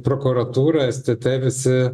prokuratūra stt visi